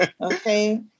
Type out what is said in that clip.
Okay